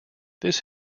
this